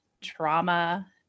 trauma